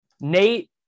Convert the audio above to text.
Nate